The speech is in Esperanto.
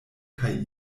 kaj